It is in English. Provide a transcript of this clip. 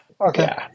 Okay